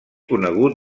conegut